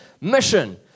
mission